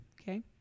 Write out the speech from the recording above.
Okay